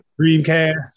Dreamcast